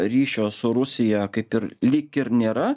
ryšio su rusija kaip ir lyg ir nėra